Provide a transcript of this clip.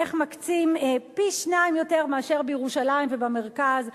איך מקצים פי-שניים מאשר בירושלים ובמרכז.